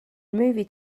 movie